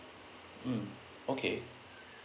mm okay